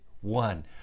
one